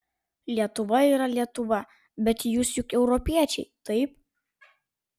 lietuva yra lietuva bet jūs juk europiečiai taip